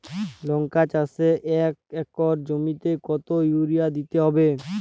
লংকা চাষে এক একর জমিতে কতো ইউরিয়া দিতে হবে?